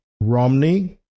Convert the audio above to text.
Romney